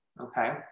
okay